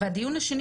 השני